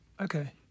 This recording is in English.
Okay